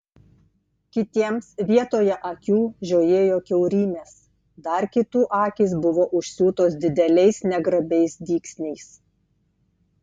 kitiems vietoje akių žiojėjo kiaurymės dar kitų akys buvo užsiūtos dideliais negrabiais dygsniais